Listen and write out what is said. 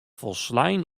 folslein